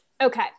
Okay